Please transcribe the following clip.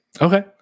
okay